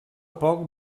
poc